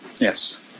Yes